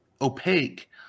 opaque